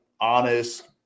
honest